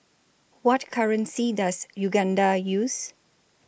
What currency Does Uganda use